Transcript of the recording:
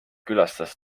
külastas